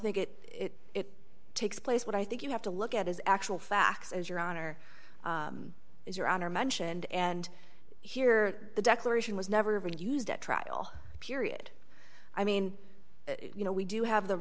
think it it takes place what i think you have to look at is actual facts as your honor as your honor mentioned and here the declaration was never ever used at trial period i mean you know we do have the